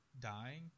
dying